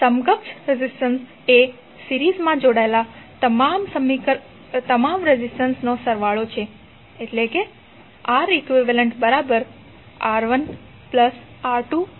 સમકક્ષ રેઝિસ્ટન્સ એ સિરીઝમાં જોડાયેલા તમામ રેઝિસ્ટન્સનો સરવાળો છે